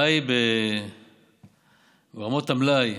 הבעיה היא ברמות המלאי,